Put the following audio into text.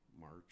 March